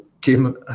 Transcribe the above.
came